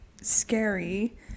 scary